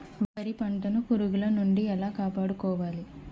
వరి పంటను పురుగుల నుండి ఎలా కాపాడుకోవాలి?